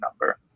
number